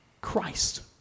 Christ